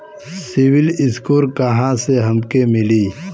CIBIL score कहाँसे हमके मिली?